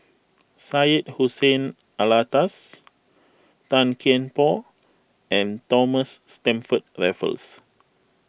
Syed Hussein Alatas Tan Kian Por and Thomas Stamford Raffles